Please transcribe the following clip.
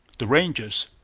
the rangers.